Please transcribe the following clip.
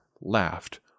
laughed